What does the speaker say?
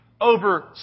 over